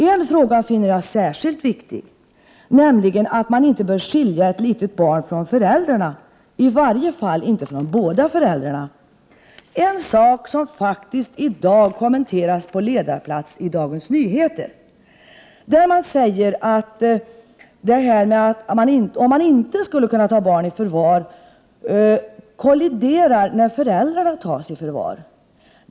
En fråga finner jag särskilt viktig, nämligen att man inte bör skilja ett litet barn från föräldrarna, i varje fall inte från båda föräldrarna. Det är en sak som faktiskt i dag kommenteras på ledarplats i Dagens Nyheter, där man säger att principen om att inte ta barn i förvar kolliderar med principen om att inte skilja barn från föräldrar, när föräldrarna tas i förvar.